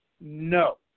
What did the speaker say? No